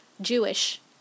Jewish